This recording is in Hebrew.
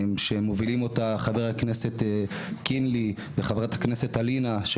שמובילים אותה חברי הכנסת משה טור פז (קינלי) וחברת הכנסת אלינה ברדץ'